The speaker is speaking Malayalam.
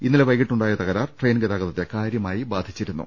ഇന്നലെ വൈകിട്ടുണ്ടായ തക രാർ ട്രെയിൻ ഗതാഗതത്തെ കാര്യമായി ബാധിച്ചിരുന്നു